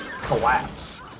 collapse